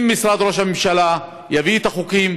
אם משרד ראש הממשלה יביא את החוקים,